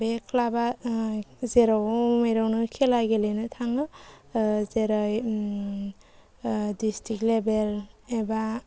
बे क्लाबा जेराव मेरावनो खेला गेलेनो थाङो जेरै ड्रिस्टिक लेभेल एबा